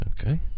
Okay